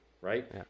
right